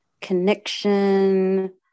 connection